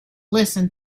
listen